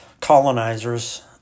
colonizers